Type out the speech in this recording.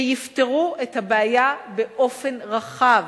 שיפתרו את הבעיה באופן רחב,